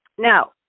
Now